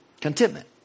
Contentment